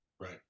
right